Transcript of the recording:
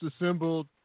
assembled